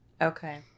Okay